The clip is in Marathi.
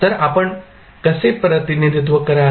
तर आपण कसे प्रतिनिधित्व कराल